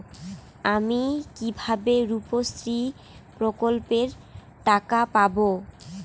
আমি কিভাবে রুপশ্রী প্রকল্পের টাকা পাবো?